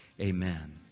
amen